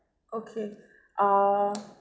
okay err